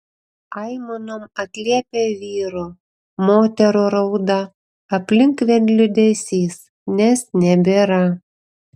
aimanom atliepia vyrų moterų rauda aplink vien liūdesys nes nebėra